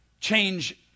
change